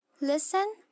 Listen